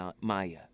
Maya